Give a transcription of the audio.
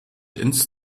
ins